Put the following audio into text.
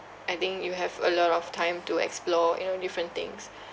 I think you have a lot of time to explore you know different things